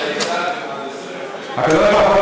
גם בעזרת הקדוש-ברוך-הוא,